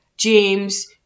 James